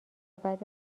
بعد